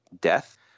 death